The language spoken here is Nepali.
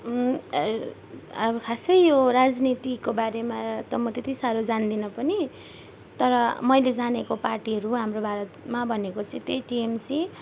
अब खासै यो राजनीतिको बारेमा त म त्यत्ति साह्रो जान्दिनँ पनि तर मैले जानेको पार्टीहरू हाम्रो भारतमा भनेको चाहिँ त्यही टिएमसी